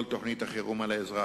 כל תוכנית החירום על האזרח,